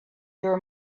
your